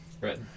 Right